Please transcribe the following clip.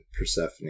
persephone